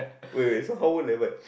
wait wait so how old am I